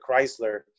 Chrysler